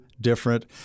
different